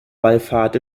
wallfahrt